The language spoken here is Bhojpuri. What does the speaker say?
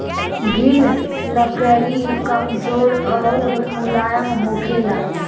गिल लकड़ी कमजोर अउर मुलायम होखेला